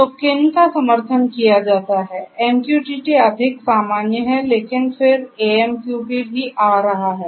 तो किन का समर्थन किया जाता है MQTT अधिक सामान्य हैं लेकिन फिर AMQP भी आ रहा है